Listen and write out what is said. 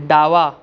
डावा